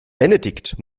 benedikt